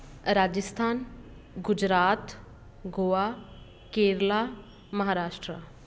Rajasthan Gujarat Goa Kerala Maharashtra